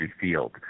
field